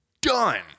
done